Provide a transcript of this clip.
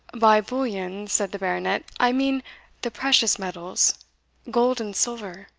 by bullion, said the baronet, i mean the precious metals gold and silver.